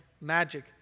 magic